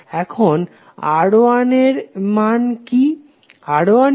এখন R1 এর মান কি